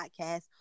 podcast